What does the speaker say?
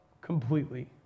completely